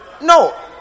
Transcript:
no